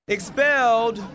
Expelled